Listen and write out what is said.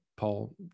Paul